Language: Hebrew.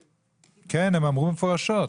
כן, הם אמרו מפורשות.